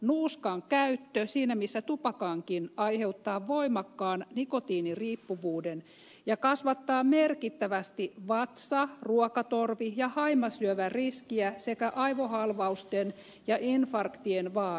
nuuskan käyttö siinä missä tupakankin aiheuttaa voimakkaan nikotiiniriippuvuuden ja kasvattaa merkittävästi vatsa ruokatorvi ja haimasyövän riskiä sekä aivohalvausten ja infarktien vaaraa